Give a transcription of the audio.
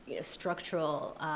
structural